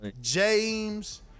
James